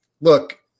look